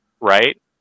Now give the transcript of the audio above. right